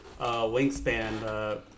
wingspan